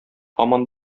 һаман